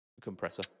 compressor